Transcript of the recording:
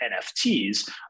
nfts